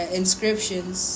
inscriptions